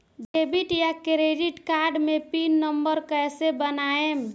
Debit या credit card मे PIN number कैसे बनाएम?